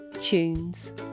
Tunes